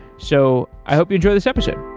so i hope you enjoy this episode